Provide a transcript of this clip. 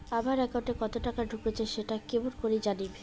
আমার একাউন্টে কতো টাকা ঢুকেছে সেটা কি রকম করি জানিম?